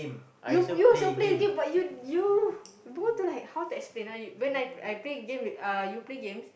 you you also play games but you you go to like how to explain ah you when I when I play games uh when you play games